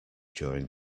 during